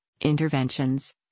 interventions